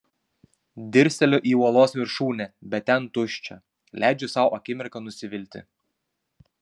dirsteliu į uolos viršūnę bet ten tuščia leidžiu sau akimirką nusivilti